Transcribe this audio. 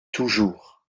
toujours